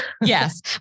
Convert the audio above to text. yes